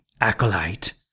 Acolyte